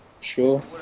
sure